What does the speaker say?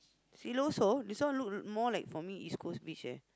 Siloso this one look more like for me East-Coast Beach eh